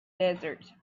desert